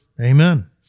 Amen